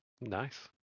nice